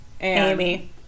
Amy